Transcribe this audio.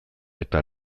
eta